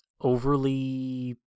overly